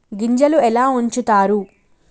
గింజలు ఎలా ఉంచుతారు?